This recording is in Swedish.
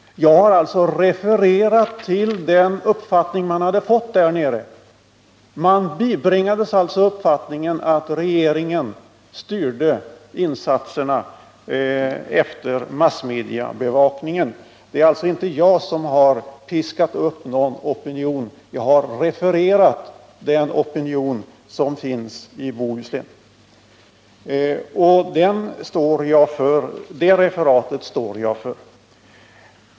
Jag har alltså refererat till den uppfattning man hade fått där nere. Man bibringades uppfattningen att regeringen styrde insatserna efter massmediabevakningen. Det är alltså inte jag som har piskat upp någon opinion — jag refererade den opinion som fanns i Bohuslän. Och det referatet står jag för.